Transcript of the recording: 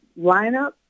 lineup